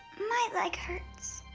my leg hurts.